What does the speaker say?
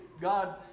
God